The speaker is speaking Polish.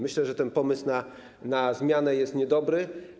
Myślę, że ten pomysł na zmianę jest niedobry.